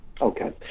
Okay